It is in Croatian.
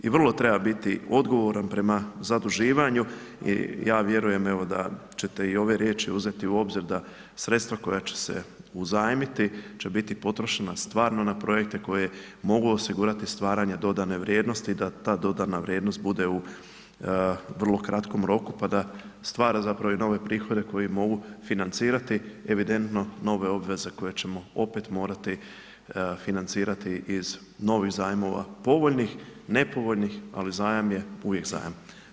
I vrlo treba biti odgovoran prema zaduživanju i ja vjerujem evo da ćete i ove riječi uzeti u obzir da sredstva koja će se uzajmiti će biti potrošena stvarno na projekte koji mogu osigurati stvaranja dodane vrijednosti da ta dodana vrijednost bude u vrlo kratkom roku pa da stvara zapravo i nove prihode koji mogu financirati evidentno nove obveze koje ćemo opet morati financirati iz novih zajmova, povoljnih, nepovoljnih ali zajam je uvijek zajam.